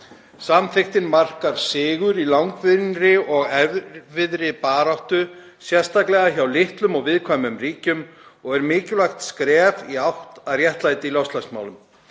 Samþykktin markar sigur í langvinnri og erfiðri baráttu, sérstaklega hjá litlum og viðkvæmum ríkjum, og er mikilvægt skref í átt að réttlæti í loftslagsmálum.